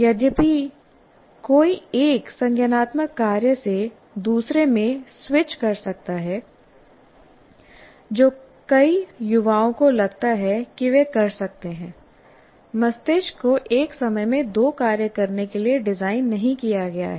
यद्यपि कोई एक संज्ञानात्मक कार्य से दूसरे में स्विच कर सकता है जो कई युवाओं को लगता है कि वे कर सकते हैं मस्तिष्क को एक समय में दो कार्य करने के लिए डिज़ाइन नहीं किया गया है